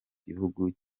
gihugu